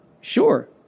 Sure